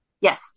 Yes